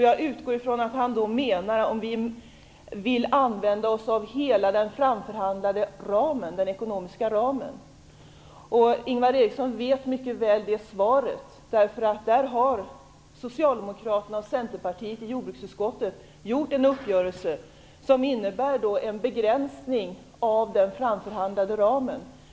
Jag utgår ifrån att han då undrar om vi vill använda oss av hela den framförhandlade ekonomiska ramen. Ingvar Eriksson vet mycket väl svaret. Centerpartisterna och socialdemokraterna i jordbruksutskottet har ju träffat en uppgörelse som innebär en begränsning av den framförhandlade ramen.